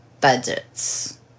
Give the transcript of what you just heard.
budgets